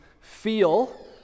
feel